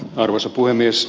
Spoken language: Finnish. arvoisa puhemies